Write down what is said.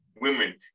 women